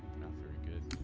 not very good